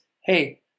hey